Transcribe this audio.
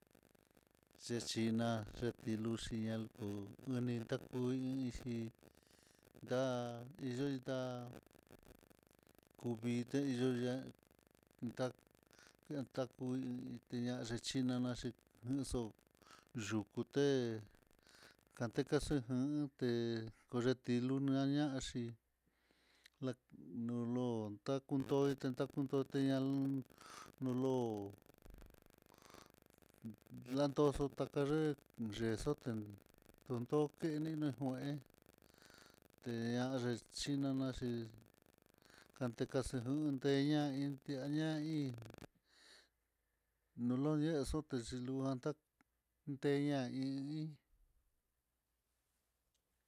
Cecina c luxhi, naku uni taku hi ixhi nda iyoi tá'a kuvite yoyá ta takui ichinana naxi kuxo yukú té kateka xunjan té koyetilu, ñañaxhi nán nolo tá kundoxhi takuntote ña ló'o lando takaye, yexotén tuto kenina jué te ya nexhiná xhi tekaxe unteyó ñain ñain, nolodie xoté xhiluantá teña i iin.